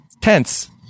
tense